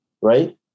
right